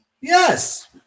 Yes